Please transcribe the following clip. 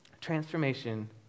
transformation